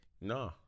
No